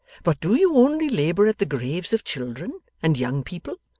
but do you only labour at the graves of children, and young people